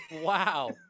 Wow